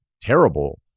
terrible